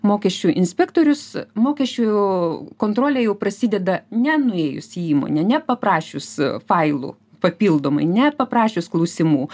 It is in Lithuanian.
mokesčių inspektorius mokesčių kontrolė jau prasideda nenuėjus į įmonę nepaprašius failų papildomai nepaprašius klausimų